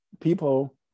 people